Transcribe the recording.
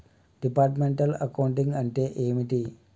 Departmental accounting అంటే ఏమిటి?